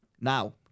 Now